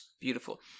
Beautiful